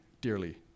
dearly